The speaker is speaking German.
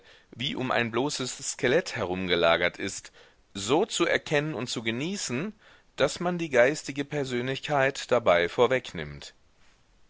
wie um ein bloßes skelett herumgelagert ist so zu erkennen und zu genießen daß man die geistige persönlichkeit dabei vorwegnimmt